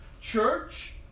church